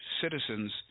citizens